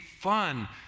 fun